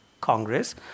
congress